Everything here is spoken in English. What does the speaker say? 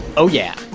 oh, yeah.